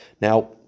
Now